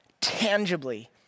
tangibly